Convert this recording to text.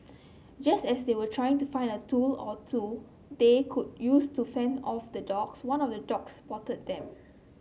just as they were trying to find a tool or two they could use to fend off the dogs one of the dogs spotted them